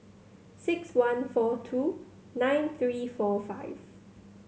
six one four two nine three four five